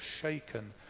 shaken